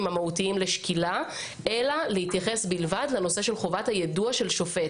המהותיים לשקילה אלא להתייחס בלבד לנושא של חובת היידוע של שופט.